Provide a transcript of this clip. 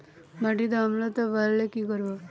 মাটিতে অম্লত্ব বাড়লে কি করব?